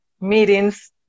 meetings